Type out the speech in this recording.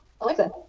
Alexa